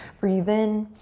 breathe in.